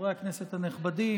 חברי הכנסת הנכבדים,